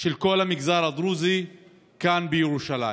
של כל המגזר הדרוזי כאן בירושלים,